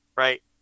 Right